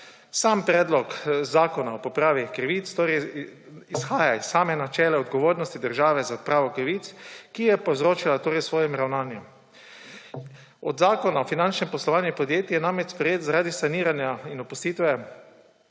Predlog zakona o popravi krivic izhaja iz samega načela odgovornosti države za odpravo krivic, ki jih je povzročala s svojim ravnanjem. Zakon o finančnem poslovanju podjetij, sprejet zaradi saniranja in opustitve